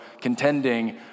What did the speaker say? contending